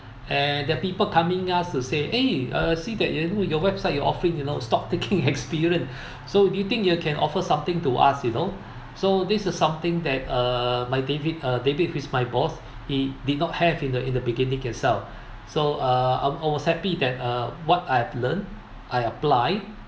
and the people coming us to say eh uh see that you know your website you offering you know stock taking experience so do you think you can offer something to us you know so this is something that uh my david uh david is my boss he did not have in the in the beginning itself so uh I'm I was happy that uh what I've learnt I apply